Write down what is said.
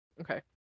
Okay